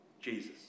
Jesus